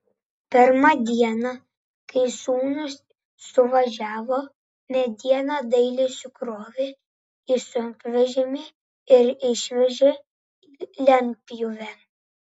pirmą dieną kai sūnūs suvažiavo medieną dailiai sukrovė į sunkvežimį ir išvežė į lentpjūvę